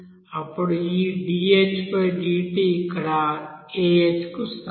అప్పుడు ఈ dhdt ఇక్కడ Ah కు సమానం